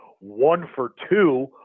one-for-two